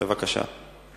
בבקשה.